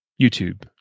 YouTube